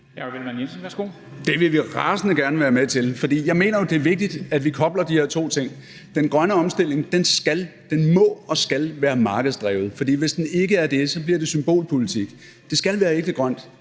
Det vil vi rasende gerne være med til, for jeg mener jo, det er vigtigt, at vi kobler de her to ting. Den grønne omstilling må og skal være markedsdrevet, for hvis den ikke er det, bliver det symbolpolitik; det skal være ægte grønt,